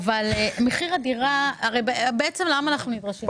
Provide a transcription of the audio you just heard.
מחיר הדירה בעצם, למה אנחנו נדרשים לזה?